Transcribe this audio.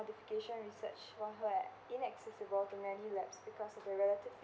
modification research was an inaccessible for many labs because of the relatively